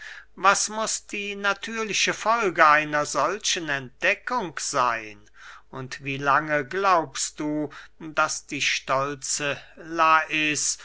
was muß die natürliche folge einer solchen entdeckung seyn und wie lange glaubst du daß die stolze lais